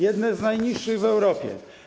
Jedne z najniższych w Europie.